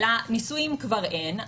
-- אלא נישואין כבר אין,